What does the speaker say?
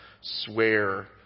swear